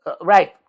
right